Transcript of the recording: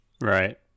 Right